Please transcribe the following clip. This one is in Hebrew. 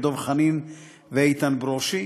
דב חנין ואיתן ברושי,